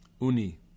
Uni